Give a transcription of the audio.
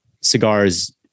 cigars